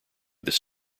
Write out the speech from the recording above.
this